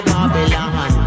Babylon